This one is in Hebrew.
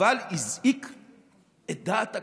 והזעיק את דעת הקהל.